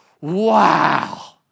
wow